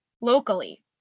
locally